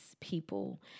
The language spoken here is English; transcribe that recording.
people